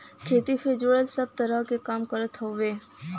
खेती से जुड़ल सब तरह क काम करत हउवे